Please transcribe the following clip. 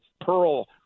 Pearl